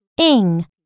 ing